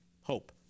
hope